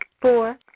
Four